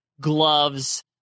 gloves